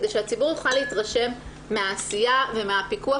כדי שהציבור יוכל להתרשם מהעשייה ומהפיקוח